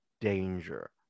danger